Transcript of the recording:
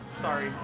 Sorry